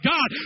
God